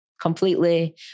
completely